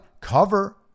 cover